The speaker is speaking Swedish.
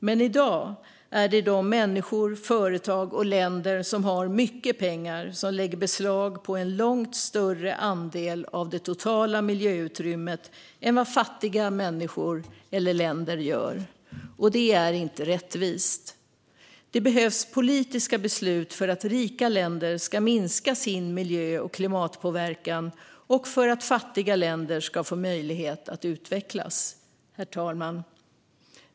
Men i dag är det de människor, företag och länder som har mycket pengar som lägger beslag på en långt större andel av det totala miljöutrymmet än vad fattiga människor eller länder gör. Det är inte rättvist. Det behövs politiska beslut för att rika länder ska minska sin miljö och klimatpåverkan och för att fattiga länder ska få möjlighet att utvecklas. Herr talman!